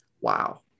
Wow